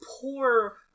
poor